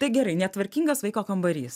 tai gerai netvarkingas vaiko kambarys